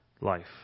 life